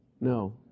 no